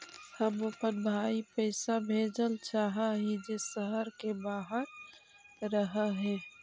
हम अपन भाई पैसा भेजल चाह हीं जे शहर के बाहर रह हे